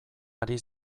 ari